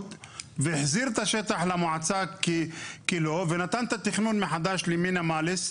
והחזיר את השטח למועצה ונתן את התכנון מחדש למליס.